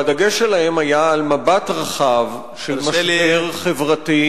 והדגש שלהם היה על מבט רחב של משבר חברתי.